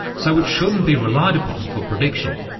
so it shouldn't be relied upon for prediction.